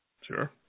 sure